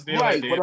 right